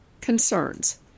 concerns